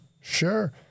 sure